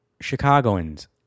Chicagoans